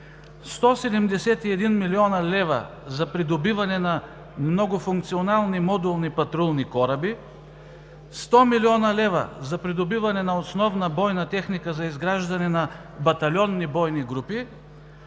171 млн. лв. за придобиване на многофункционални модулни патрулни кораби; 100 млн. лв. за придобиване на основна бойна техника за изграждане на батальонни бойни групи;